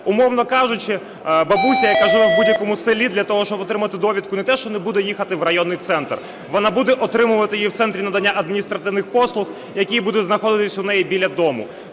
Умовно кажучи, бабуся, яка живе в будь-якому селі, для того, щоб отримати довідку, не те що не буде їхати в районний центр, вона буде отримувати її в центрі надання адміністративних послуг, який буде знаходитися у неї біля дому.